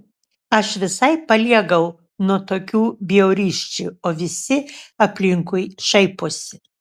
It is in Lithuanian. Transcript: aš visai paliegau nuo tokių bjaurysčių o visi aplinkui šaiposi